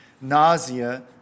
nausea